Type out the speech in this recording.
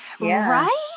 Right